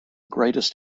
greatest